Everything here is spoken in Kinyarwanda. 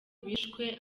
bishwe